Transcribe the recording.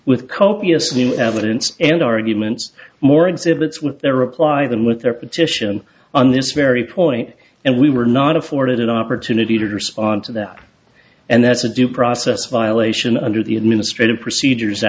with copious new evidence and arguments more exhibits with their reply than with their petition on this very point and we were not afforded an opportunity to respond to that and that's a due process violation under the administrative procedures